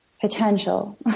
potential